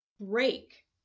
break